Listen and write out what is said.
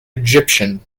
egyptian